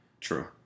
True